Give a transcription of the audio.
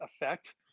effect